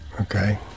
Okay